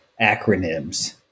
acronyms